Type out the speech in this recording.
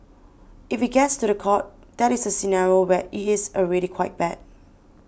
if it gets to the court that is a scenario where it is already quite bad